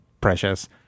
Precious